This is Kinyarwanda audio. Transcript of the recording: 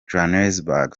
johannesburg